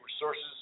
resources